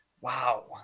Wow